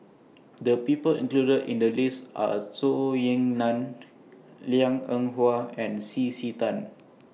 The People included in The list Are Zhou Ying NAN Liang Eng Hwa and C C Tan